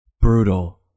Brutal